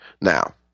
Now